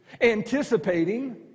Anticipating